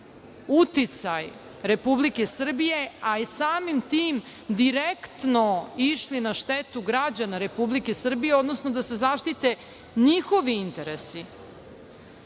uticaj Republike Srbije, a i samim tim direktno išli na štetu građana Republike Srbije, odnosno da se zaštite njihovi interesi.